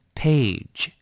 page，